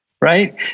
Right